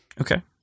okay